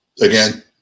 again